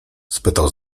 spytał